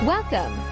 Welcome